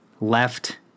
left